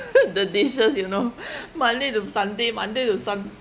the dishes you know monday to sunday monday to sunday